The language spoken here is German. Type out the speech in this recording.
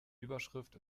überschrift